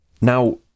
Now